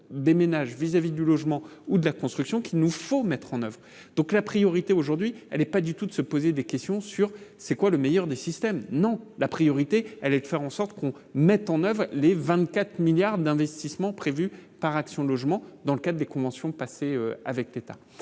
des ménages vis-à-vis du logement ou de la construction qu'il nous faut mettre en oeuvre, donc la priorité aujourd'hui, elle est pas du tout de se poser des questions sur c'est quoi le meilleur des systèmes non, la priorité, elle est de faire en sorte qu'on mette en oeuvre les 24 milliards d'investissements prévus par Action logement, dans le cas des conventions passées avec l'État,